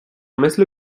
مثل